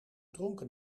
dronken